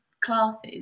classes